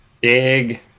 big